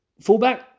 fullback